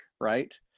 right